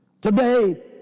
Today